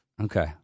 Okay